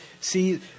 see